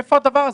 מאיפה הדבר הזה?